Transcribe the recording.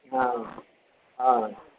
हँ हँ